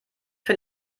für